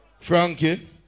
Frankie